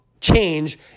change